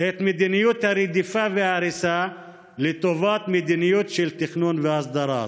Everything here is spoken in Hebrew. את מדיניות הרדיפה וההריסה לטובת מדיניות של תכנון והסדרה.